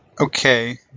Okay